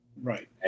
Right